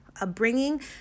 upbringing